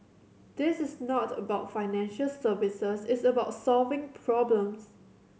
this is not about financial services it's about solving problems